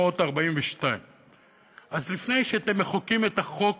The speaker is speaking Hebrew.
2,342. אז לפני שאתם מחוקקים את החוק